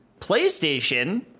PlayStation